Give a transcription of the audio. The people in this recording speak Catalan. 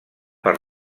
per